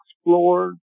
explore